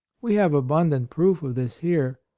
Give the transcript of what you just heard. we have abundant proof of this here.